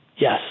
Yes